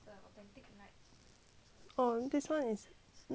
oh this [one] is not the